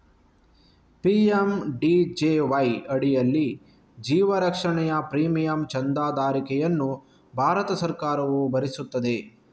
PMJDY ಅಡಿಯಲ್ಲಿ ಜೀವ ರಕ್ಷಣೆಯ ಪ್ರೀಮಿಯಂ ಚಂದಾದಾರಿಕೆಯನ್ನು ಭಾರತ ಸರ್ಕಾರವು ಭರಿಸುತ್ತದೆ